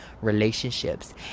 relationships